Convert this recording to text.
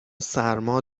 سرما